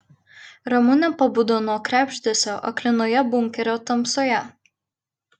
ramunė pabudo nuo krebždesio aklinoje bunkerio tamsoje